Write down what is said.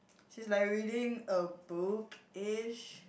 she's like reading a bookish